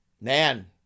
man